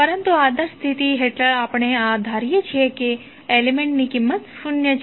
પરંતુ આદર્શ સ્થિતિ હેઠળ આપણે ધારીએ છીએ કે તે એલિમેન્ટ્ની કિંમત શૂન્ય છે